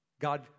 God